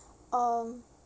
um